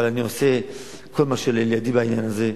אבל אני עושה כל מה שלאל ידי בעניין הזה,